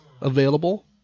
available